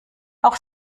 auch